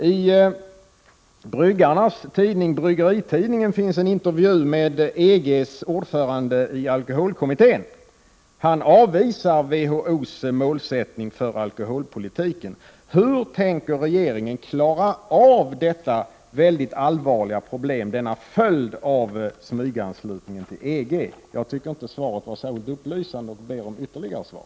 I bryggarnas tidning Bryggeritidningen finns en intervju med EG:s ordförande i alkoholkommittén. Han avvisar WHO:s målsättning för alkoholpolitiken. Hur tänker regeringen klara av detta mycket allvarliga problem, denna följd av smyganslutningen till EG? Jag tycker inte svaret var särskilt upplysande och ber om ytterligare svar.